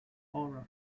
aura